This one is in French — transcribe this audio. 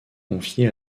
confiée